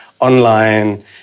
online